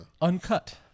Uncut